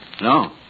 No